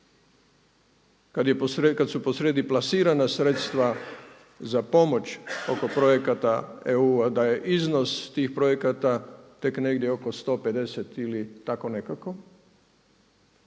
kada su po srijedi plasirana sredstva za pomoć oko projekata EU da je iznos tih projekata tek negdje oko 150 ili tako nekako,